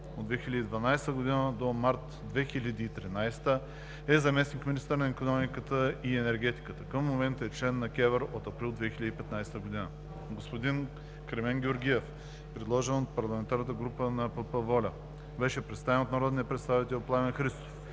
От 2012 г. до месец март 2013 г. е заместник-министър на икономиката и енергетиката. Към момента е член на КЕВР от април 2015 г. Господин Кремен Георгиев, предложен от ПГ на ПП ВОЛЯ, беше представен от народния представител Пламен Христов.